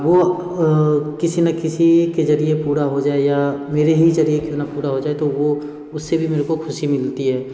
वो किसी ना किसी के ज़रिए पूरा हो जाए या मेरे ही ज़रिए क्यों ना पूरा हो जाए तो वो उससे भी मेरे को खुशी मिलती है